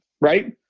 right